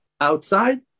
outside